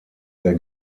der